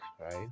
right